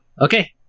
okay